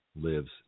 lives